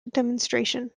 demonstration